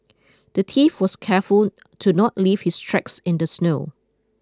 the thief was careful to not leave his tracks in the snow